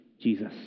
Jesus